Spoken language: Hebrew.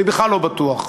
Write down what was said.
אני בכלל לא בטוח,